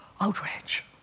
outrage